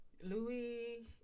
Louis